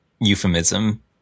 euphemism